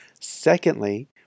Secondly